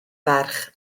ferch